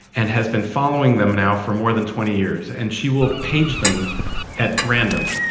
and has been following them now for more than twenty years and she will page them at random,